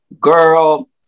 girl